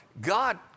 God